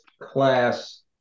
class